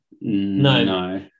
No